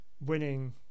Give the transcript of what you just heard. winning